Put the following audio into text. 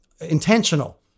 intentional